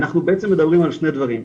אנחנו בעצם מדברים על שני דברים,